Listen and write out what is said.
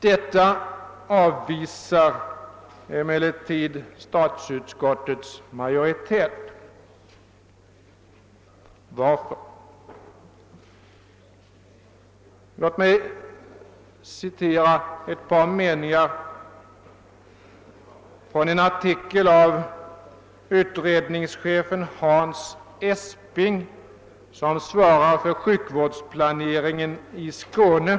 Dessa krav avvisas emellertid av statsutskottets majoritet. Vad är då anledningen härtill? Låt mig anföra ett par meningar ur en artikel av utredningschefen Hans Esping, som svarar för sjukvårdsplaneringen i Skåne.